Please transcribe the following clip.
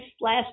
last